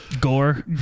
gore